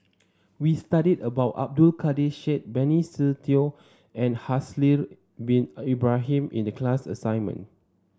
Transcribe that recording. we studied about Abdul Kadir Syed Benny Se Teo and Haslir Bin Ibrahim in the class assignment